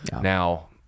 Now